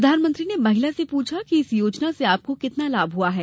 प्रधानमंत्री ने महिला से पूछा इस योजना से आपको कितना लाभ हुआ है